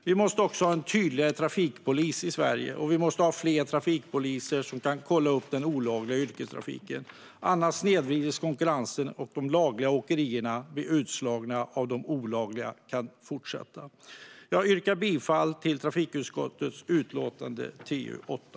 Vi måste också ha en tydligare trafikpolis i Sverige, och vi måste ha fler trafikpoliser som kan kolla upp den olagliga yrkestrafiken. Annars snedvrids konkurrensen, och de lagliga åkerierna fortsätter att bli utslagna av de olagliga. Jag yrkar bifall till förslaget i trafikutskottets utlåtande TU8.